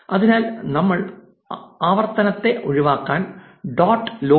അതിനാൽ ഞങ്ങൾ ആവർത്തനത്തെ ഒഴിവാക്കാൻ 'ഡോട്ട് ലോവർ'